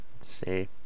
see